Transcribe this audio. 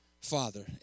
father